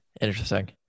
Interesting